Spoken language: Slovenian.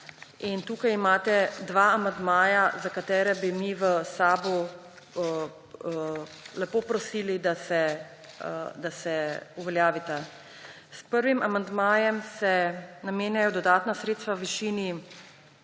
Tukaj imate dva amandmaja, za katere bi mi v SAB lepo prosili, da se uveljavita. S prvim amandmajem se namenjajo dodatna sredstva v višini